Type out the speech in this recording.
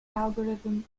algorithm